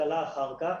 הקלה אחר כך",